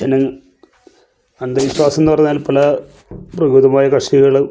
ജനം അന്ധവിശ്വാസം എന്ന് പറഞ്ഞാൽ പല പ്രകോതിമായ കഷ്കികൾ